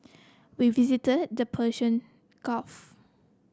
we visited the Persian Gulf